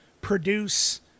produce